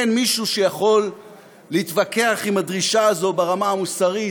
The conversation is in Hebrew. אין מישהו שיכול להתווכח עם הדרישה הזו ברמה המוסרית,